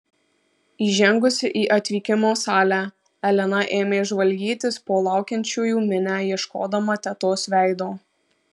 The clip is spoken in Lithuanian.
įžengusi į atvykimo salę elena ėmė žvalgytis po laukiančiųjų minią ieškodama tetos veido